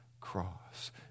cross